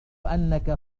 أنك